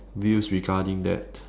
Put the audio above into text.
views regarding that